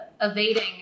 evading